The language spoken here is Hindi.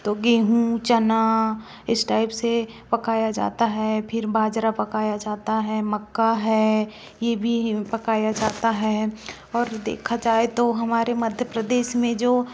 तो गेहूँ चना इस टाइप से पकाया जाता है फिर बाजरा पकाया जाता है मक्का है ये भी पकाया जाता है और देखा जाए तो हमारे मध्य प्रदेश में जो